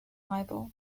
libel